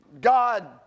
God